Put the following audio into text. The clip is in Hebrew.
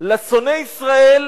לשונא ישראל,